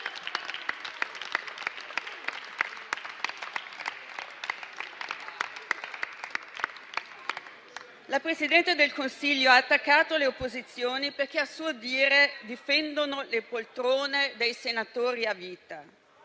La Presidente del Consiglio ha attaccato le opposizioni perché, a suo dire, difendono le poltrone dei senatori a vita.